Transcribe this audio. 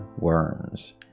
worms